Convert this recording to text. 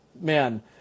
man